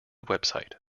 website